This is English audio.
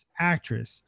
actress